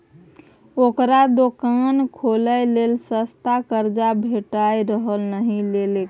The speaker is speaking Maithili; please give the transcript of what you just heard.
ओकरा दोकान खोलय लेल सस्ता कर्जा भेटैत रहय नहि लेलकै